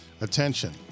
Attention